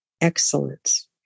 excellence